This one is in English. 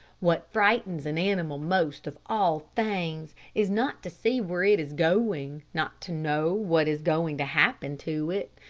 what frightens an animal most of all things, is not to see where it is going, not to know what is going to happen to it.